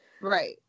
Right